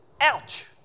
ouch